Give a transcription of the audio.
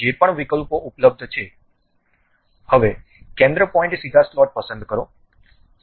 હવે કેન્દ્ર પોઇન્ટ સીધા સ્લોટ પસંદ કરો